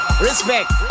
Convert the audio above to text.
Respect